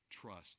trust